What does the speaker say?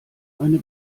eine